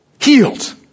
healed